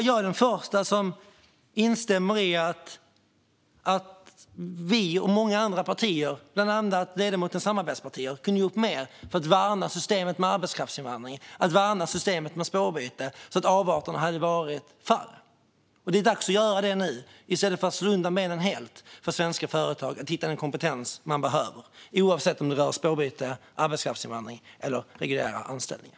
Jag är den förste att instämma i att vi och många andra partier, bland annat ledamotens samarbetspartier, kunde ha gjort mer för att värna systemet med arbetskraftsinvandring och systemet med spårbyte så att avarterna hade blivit färre. Det är dags att göra det nu i stället för att helt slå undan benen för svenska företag som vill hitta den kompetens de behöver, oavsett om det rör spårbyte, arbetskraftsinvandring eller reguljära anställningar.